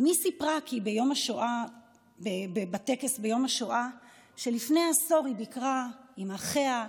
אימי סיפרה בטקס ביום השואה שלפני עשור היא ביקרה בפולין עם אחיה,